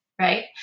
right